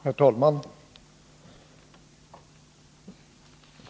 Herr talman!